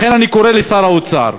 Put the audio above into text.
לכן אני קורא לשר האוצר: